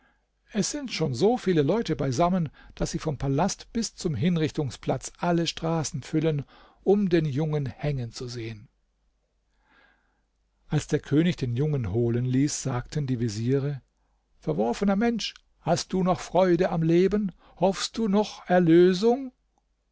es sind schon so viele leute beisammen daß sie vom palast bis zum hinrichtungsplatz alle straßen füllen um den jungen hängen zu sehen als der könig den jungen holen ließ sagten die veziere verworfener mensch hast du noch freude am leben hoffst du noch erlösung